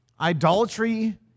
idolatry